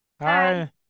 Hi